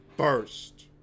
First